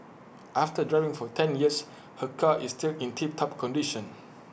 after driving for ten years her car is still in tip top condition